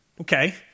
Okay